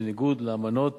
בניגוד לאמנות